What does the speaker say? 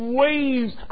waves